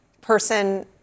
person